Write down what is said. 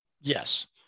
Yes